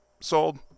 sold